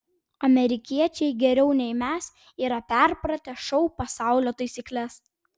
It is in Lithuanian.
amerikiečiai geriau nei mes yra perpratę šou pasaulio taisykles